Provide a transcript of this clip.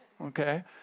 okay